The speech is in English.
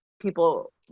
people